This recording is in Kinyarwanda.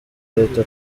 leta